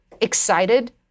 excited